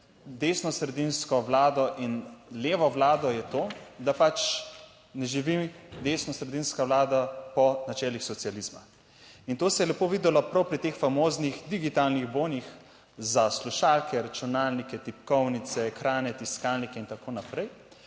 desnosredinsko vlado in levo vlado je to, da pač ne živi desnosredinska vlada po načelih socializma in to se je lepo videlo prav pri teh famoznih digitalnih bonih za slušalke, računalnike, tipkovnice, ekrane, tiskalnike in tako naprej.